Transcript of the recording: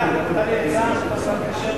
אם מותר לי לומר הצעה, השר המקשר,